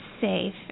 safe